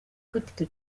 gatatu